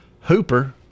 Hooper